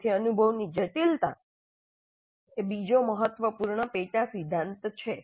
તેથી અનુભવની જટિલતા એ બીજો મહત્વપૂર્ણ પેટા સિદ્ધાંત છે